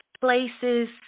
places